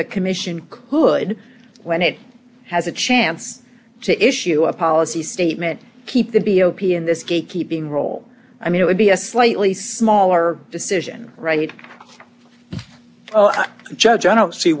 the commission could when it has a chance to issue a policy statement keep the b o p and this gate keeping role i mean it would be a slightly smaller decision right judge i don't see